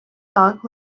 dog